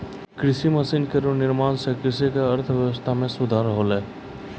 कृषि मसीन केरो निर्माण सें कृषि क अर्थव्यवस्था म सुधार होलै